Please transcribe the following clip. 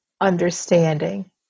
understanding